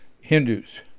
Hindus